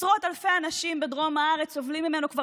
הסמכות הרוחנית העליונה בה היה הרב סולובייצ'יק,